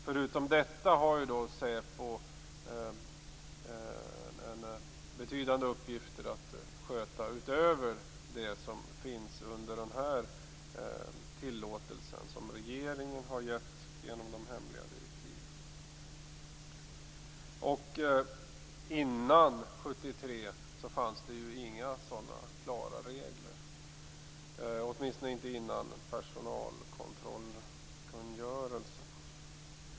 Förutom det har säpo haft en betydande mängd uppgifter att sköta utöver det som finns under den tillåtelse som regeringen har gett genom de hemliga direktiven. Innan år 1973 fanns det inga sådana klara regler, åtminstone inte innan personalkontrollkungörelsen.